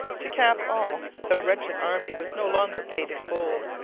to cap all, the wretched army was no longer paid in gold,